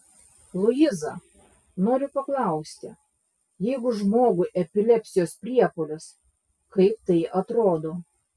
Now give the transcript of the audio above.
luiza noriu paklausti jeigu žmogui epilepsijos priepuolis kaip tai atrodo